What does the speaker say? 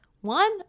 One